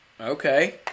Okay